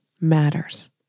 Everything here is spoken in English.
matters